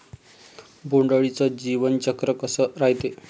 बोंड अळीचं जीवनचक्र कस रायते?